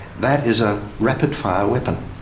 that is a rapid-fire weapon.